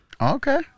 Okay